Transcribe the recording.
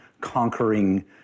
conquering